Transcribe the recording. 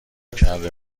کرده